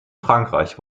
frankreich